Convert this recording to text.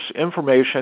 information